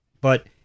but-